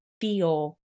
feel